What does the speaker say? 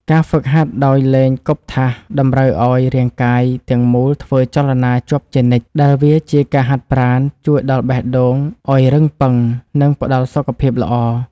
ការហ្វឹកហាត់ដោយលេងគប់ថាសតម្រូវឱ្យរាងកាយទាំងមូលធ្វើចលនាជាប់ជានិច្ចដែលវាជាការហាត់ប្រាណជួយដល់បេះដូងឱ្យរឹងប៉ឹង និងផ្តល់សុខភាពល្អ។